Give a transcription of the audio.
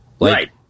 Right